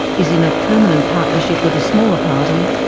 is in a permanent partnership with a smaller party.